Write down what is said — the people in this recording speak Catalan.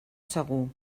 segur